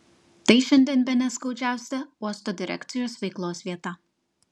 tai šiandien bene skaudžiausia uosto direkcijos veiklos vieta